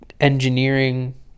engineering